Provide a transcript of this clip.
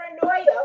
paranoia